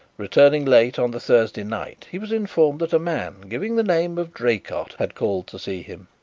returning late on the thursday night, he was informed that a man giving the name of draycott had called to see him.